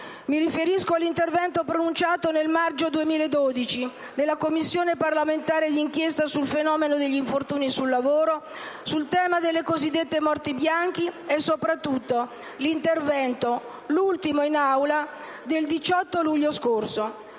Mi riferisco all'intervento pronunciato nel marzo 2012 nella Commissione parlamentare d'inchiesta sul fenomeno degli infortuni sul lavoro sul tema delle cosiddette morti bianche e sopratutto l'intervento, l'ultimo in Aula, del 18 luglio scorso.